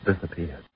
disappeared